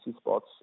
spots